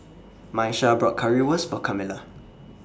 Miesha bought Currywurst For Camilla